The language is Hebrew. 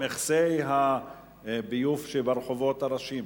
ומכסי הביוב שברחובות הראשיים,